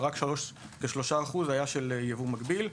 ורק כ-3% היה של ייבוא מקביל.